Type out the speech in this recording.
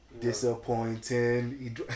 Disappointing